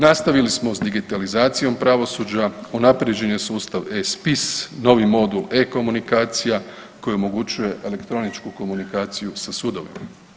Nastavili smo s digitalizacijom pravosuđa, unaprjeđen je sustav E-spis, novi modul E-komunikacija koji omogućuje elektroničku komunikaciju sa sudovima.